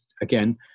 again